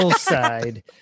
side